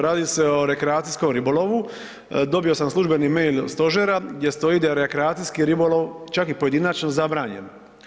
Radi se o rekreacijskom ribolovu, dobio sam službeni mail stožera gdje stoji da je rekreacijski ribolov čak i pojedinačno zabranjen.